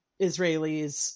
Israelis